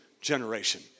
generation